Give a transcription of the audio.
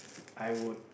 I would